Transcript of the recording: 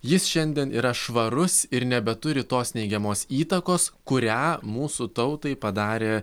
jis šiandien yra švarus ir nebeturi tos neigiamos įtakos kurią mūsų tautai padarė